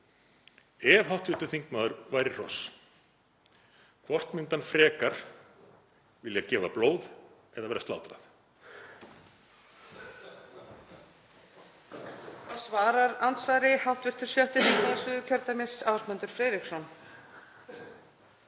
Ef hv. þingmaður væri hross, hvort myndi hann frekar vilja gefa blóð eða vera slátrað?